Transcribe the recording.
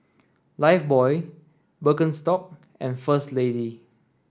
Lifebuoy Birkenstock and First Lady